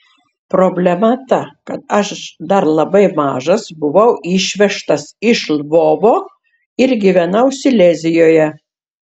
problema ta kad aš dar labai mažas buvau išvežtas iš lvovo ir gyvenau silezijoje